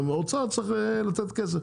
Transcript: שהאוצר צריך לתת כסף,